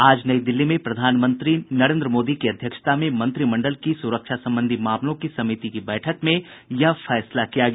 आज नई दिल्ली में प्रधानमंत्री की अध्यक्षता में मंत्रिमंडल की सुरक्षा संबंधी मामलों की समिति की बैठक में यह फैसला किया गया